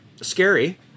Scary